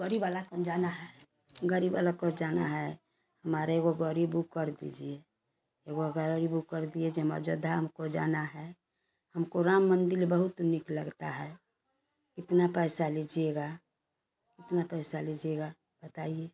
गाड़ीवाला हमें जाना है गरीब वाला को जाना है मुझ को गाड़ी बुक कर दीजिए एक गाड़ी बुक कर दिजिए जो मुझे अयोध्या हमको जाना है हमको राम मंदिर बहुत नीक लगता है कितना पैसा लीजिएगा किनता पैसा लीजिएगा बताइए